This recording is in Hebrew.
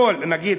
נגיד,